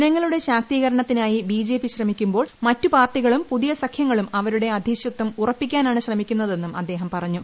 ജനങ്ങളുടെ ശാക്തീകരണത്തിനായി ബിജെപി ശ്രമിക്കുമ്പോൾ മറ്റു പാർട്ടികളും പുതിയ സഖ്യങ്ങളും അവരുടെ അധീശത്വം ഉറപ്പിക്കാനാണ് ശ്രമിക്കുന്നതെന്നും അദ്ദേഹം പറഞ്ഞു